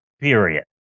period